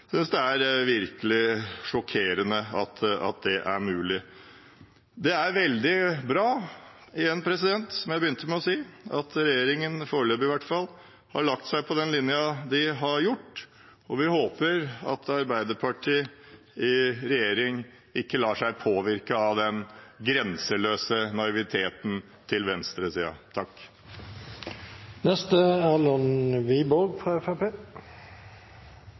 er virkelig sjokkerende at det er mulig. Det er veldig bra, som jeg begynte med å si, at regjeringen, foreløpig i hvert fall, har lagt seg på den linja de har gjort. Vi håper at Arbeiderpartiet i regjering ikke lar seg påvirke av den grenseløse naiviteten til venstresiden. Flere talere har brukt ordene «hente hjem» fra